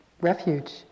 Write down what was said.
refuge